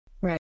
Right